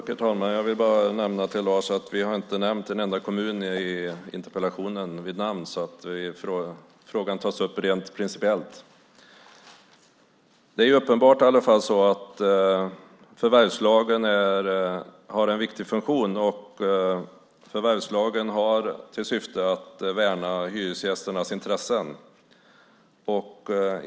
Herr talman! Jag vill bara nämna för Lars att jag inte har nämnt en enda kommun i interpellationen vid namn. Frågan tas upp rent principiellt. Det är i alla fall uppenbart att förvärvslagen har en viktig funktion. Förvärvslagen har till syfte att värna hyresgästernas intressen.